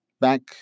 Back